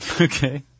Okay